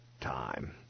time